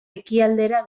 ekialdera